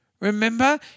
Remember